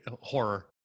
horror